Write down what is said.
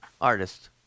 artist